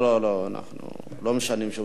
אנחנו לא משנים שום דבר.